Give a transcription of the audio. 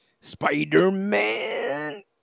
Spider-Man